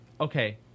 okay